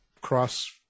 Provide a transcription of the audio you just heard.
cross